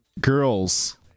Girls